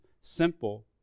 simple